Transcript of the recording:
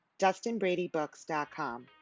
DustinBradyBooks.com